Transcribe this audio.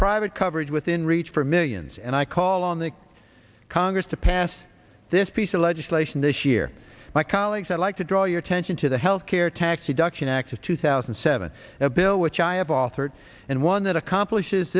private coverage within reach for millions and i call on the congress to pass this piece of legislation this year my colleagues i'd like to draw your attention to the health care tax reduction act of two thousand and seven a bill which i have authored and one that accomplishes